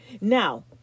Now